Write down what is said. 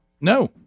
no